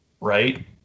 right